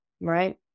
right